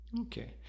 Okay